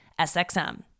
SXM